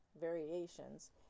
variations